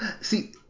See